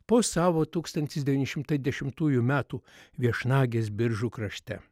po savo tūkstantis devyni šimtai dešimtųjų metų viešnagės biržų krašte